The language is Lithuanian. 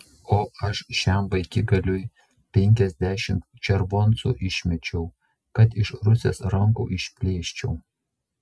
o aš šiam vaikigaliui penkiasdešimt červoncų išmečiau kad iš rusės rankų išplėščiau